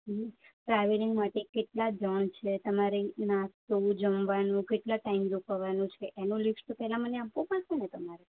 હમ travelling માટે કેટલા જણ છે તમારે નાસ્તો જમવાનું કેટલા ટાઇમ રોકાવાનું છે એનું લિસ્ટ તો પહેલાં મને આપવું પડશે ને તમારે